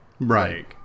Right